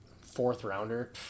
Fourth-rounder